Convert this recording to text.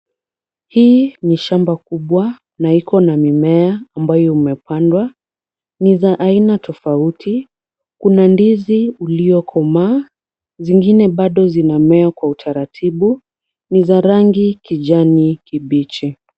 Hii ni shamba kubwa na iko na mimea ambayo imepandwa. Ni za aina tofauti. Kuna ndizi uliokomaa, zingine bado zinamea kwa utaratibu. Ni za rangi kijani kibichi.